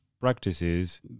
practices